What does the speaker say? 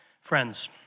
Friends